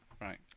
right